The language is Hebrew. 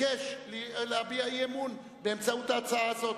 ביקש להביע אי-אמון באמצעות ההצעה הזאת.